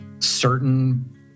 certain